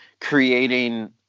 creating